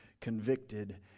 convicted